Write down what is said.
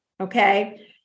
okay